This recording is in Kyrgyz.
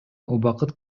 убакыт